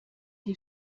die